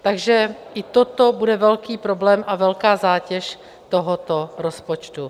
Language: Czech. Takže i toto bude velký problém a velká zátěž tohoto rozpočtu.